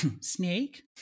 snake